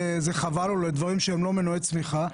או דברים שהם לא מנועי צמיחה.